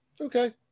Okay